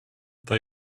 they